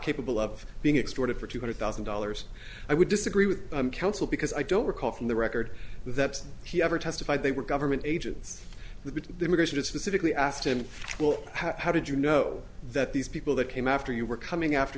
capable of being extorted for two hundred thousand dollars i would disagree with counsel because i don't recall from the record that he ever testified they were government agents with immigration specifically asked him well how did you know that these people that came after you were coming after